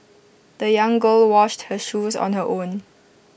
the young girl washed her shoes on her own